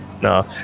No